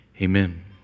amen